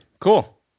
Cool